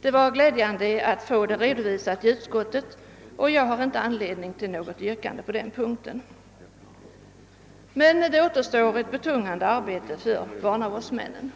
Det var glädjande att få denna redovisning i utskottsutlåtandet, och jag har inte anledning att ställa något säryrkande på denna punkt. Det återstår emellertid ett betungande arbete för barnavårdsmännen.